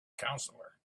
counselor